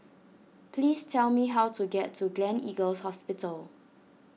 please tell me how to get to Gleneagles Hospital